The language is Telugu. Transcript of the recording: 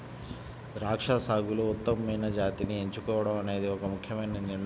ద్రాక్ష సాగులో ఉత్తమమైన జాతిని ఎంచుకోవడం అనేది ఒక ముఖ్యమైన నిర్ణయం